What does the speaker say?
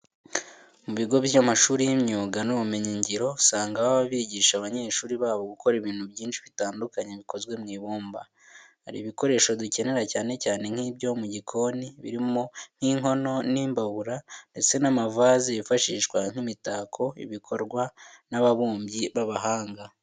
Mu bigo by'amashuri y'imyuga n'ubumenyingiro, usanga baba bigisha abanyeshuri babo gukora ibintu byinshi bitandukanye bikozwe mu ibumba. Hari ibikoresho dukenera cyane cyane nk'ibyo mu gikoni birimo nk'inkono n'imbabura ndetse n'amavaze yifashishwa nk'imitako, ibi bikorwa n'ababumbyi b'abahanga.